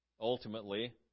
Ultimately